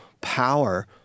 power